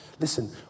Listen